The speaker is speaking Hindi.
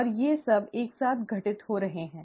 और ये सब एक साथ घटित हो रहे हैं